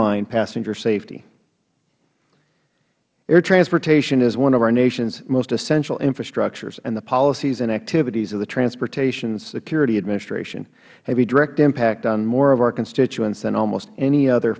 mind passenger safety air transportation is one of our nation's most essential infrastructures and the policies and activities to the transportation security administration have a direct impact on more of our constituents than almost any other